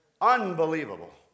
Unbelievable